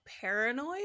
paranoid